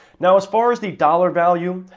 now as far as the dollar value,